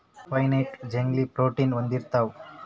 pine nut ಜಗ್ಗಿ protein ಹೊಂದಿರ್ತವ